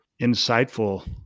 insightful